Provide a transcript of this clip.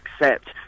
accept